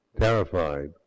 terrified